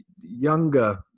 younger